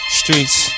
streets